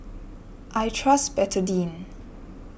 I trust Betadine